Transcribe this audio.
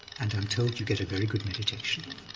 and i'm told you get a very good meditation.